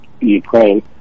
Ukraine